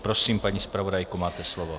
Prosím, paní zpravodajko, máte slovo.